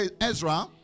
Ezra